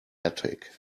attic